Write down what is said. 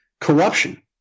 corruption